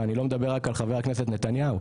ואני לא מדבר רק על חבר הכנסת נתניהו,